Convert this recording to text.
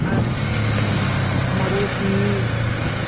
اور مروتی